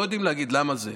לא יודעים להגיד למה זה,